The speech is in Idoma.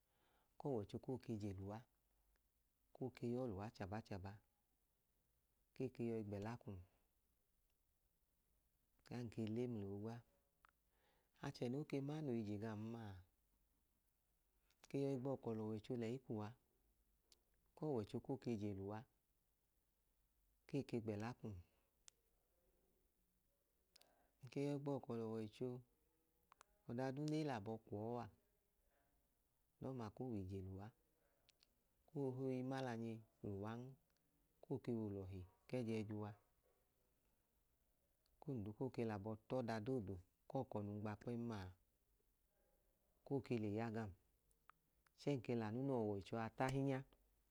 Ku ọwọicho kook e je lẹ uwa. Ku o ke ya ọọ lẹ uwa chabachaba kee ke yọi gbẹla kwum kan ke le mla oogwa. Achẹ nẹ o ke ma noo i je gam ma, ng ke yọi gbọkọ lẹ ọwọicho lẹ uwa ku ọwọicho ko ke je lẹ uwa kee keg bẹla kwu um. Ng ge gbọkọ lẹ ọwọicho, ọda duu nẹ e lẹ abọ kwu ọọ a, ọdọma koo wẹ ije lẹ uwa. Koo wẹ imalanyi lẹ uwan. Ku ondu koo lẹ abọ ta ọda doodu ku ọkọ num gba kpẹẹm a, ku o ke le ya gam. Kee ke lẹ anu noo wẹ ọwọicho a ta ahinya.